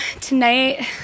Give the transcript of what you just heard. tonight